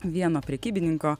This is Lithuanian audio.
vieno prekybininko